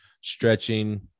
stretching